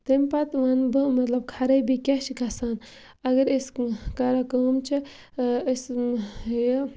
تمہِ پَتہٕ وَنہٕ بہٕ مطلب خرٲبی کیٛاہ چھِ گژھان اگر أسۍ کران کٲم چھِ أسۍ یہِ